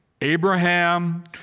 Abraham